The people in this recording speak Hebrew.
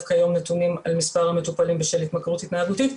כיום נתונים על מספר המטופלים בשל התמכרות התנהגותית,